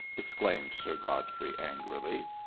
exclaimed sir godfrey, angrily.